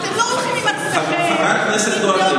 אתם לא הולכים עם דעותיכם הפרטיות --- חברת הכנסת גוטליב,